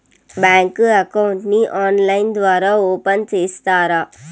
Bank account ని online ద్వారా open సేస్తారా?